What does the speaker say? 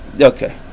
Okay